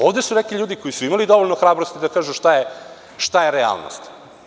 Ovde su neki ljudi imali dovoljno hrabrosti da kažu šta je realnost.